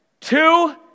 two